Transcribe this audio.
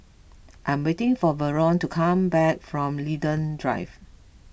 I'm waiting for Verlon to come back from Linden Drive